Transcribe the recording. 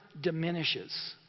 diminishes